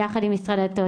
יחד עם משרד הדתות,